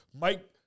Mike